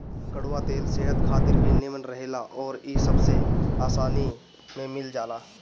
कड़ुआ तेल सेहत खातिर भी निमन रहेला अउरी इ सबसे आसानी में मिल जाला